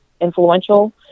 influential